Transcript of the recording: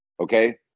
Okay